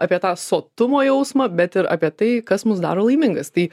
apie tą sotumo jausmą bet ir apie tai kas mus daro laimingas tai